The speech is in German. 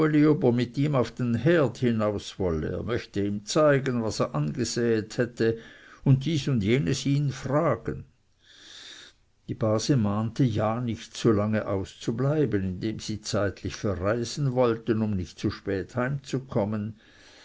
mit ihm auf den herd hinauswolle er möchte ihm zeigen was er angesäet hätte und dies und jenes ihn fragen die base mahnte ja nicht zu lange auszubleiben indem sie zeitlich verreisen wollten um nicht zu spät heimzukommen